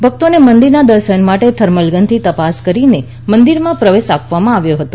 ભક્તોને મંદિરમાં દર્શન માટે થર્મલ ગનથી તપાસ કરીને મંદિરમાં પ્રવેશ આપવામાં આવ્યો હતો